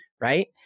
Right